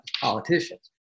politicians